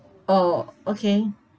oh okay